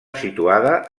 situada